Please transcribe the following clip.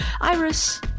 Iris